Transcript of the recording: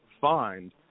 find